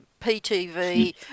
PTV